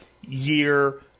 year